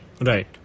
Right